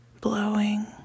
blowing